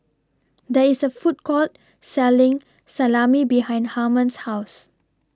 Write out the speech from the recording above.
There IS A Food Court Selling Salami behind Harmon's House